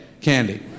candy